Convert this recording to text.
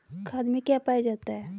खाद में क्या पाया जाता है?